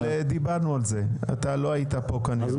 דיברנו על זה; אתה לא היית פה, כנראה.